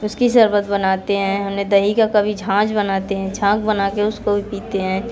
उसकी शरबत बनाते हैं हमने दही का कभी झाँज बनाते हैं झांज बना के उसको भी पीते हैं